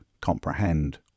comprehend